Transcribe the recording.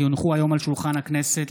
כי הונחו היום על שולחן הכנסת,